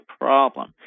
problem